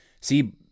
see